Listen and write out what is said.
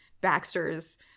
Baxter's